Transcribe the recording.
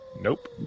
Nope